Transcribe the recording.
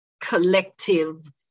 collective